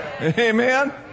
Amen